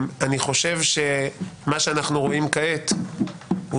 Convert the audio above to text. אני חושב שמה שאנחנו רואים כעת הוא